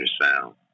sound